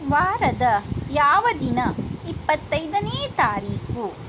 ವಾರದ ಯಾವ ದಿನ ಇಪ್ಪತ್ತೈದನೇ ತಾರೀಖು